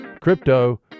Crypto